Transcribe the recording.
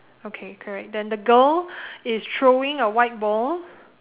okay correct then the girl is throwing a white ball